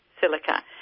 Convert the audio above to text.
silica